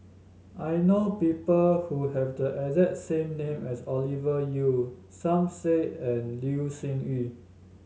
I know people who have the exact same name as Ovidia Yu Som Said and Loh Sin Yun